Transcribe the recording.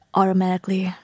automatically